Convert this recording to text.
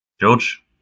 George